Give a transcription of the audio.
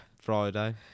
Friday